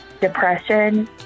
depression